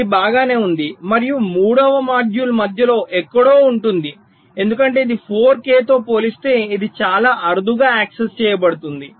ఇది బాగానే ఉంది మరియు మూడవ మాడ్యూల్ మధ్యలో ఎక్కడో ఉంటుంది ఎందుకంటే ఈ 4 k తో పోలిస్తే ఇది చాలా అరుదుగా యాక్సెస్ చేయబడుతుంది